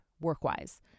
work-wise